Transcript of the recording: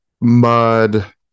mud